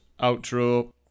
outro